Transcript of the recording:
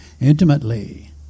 intimately